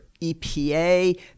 EPA